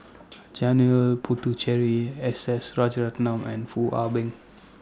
Janil Puthucheary S S and Foo Ah Bee